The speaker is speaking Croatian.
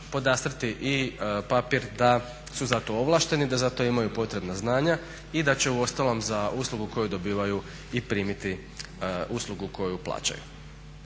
podastrti i papir da su zato ovlašteni, da zato imaju potrebna znanja i da će uostalom za uslugu koji dobivaju i primiti uslugu koju plaćaju.